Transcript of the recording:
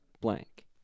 blank